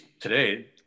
today